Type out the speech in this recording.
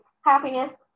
happiness